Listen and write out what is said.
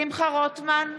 שמחה רוטמן,